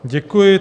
Děkuji.